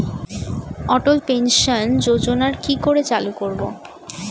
অটল pension যোজনার কি করে চালু করব?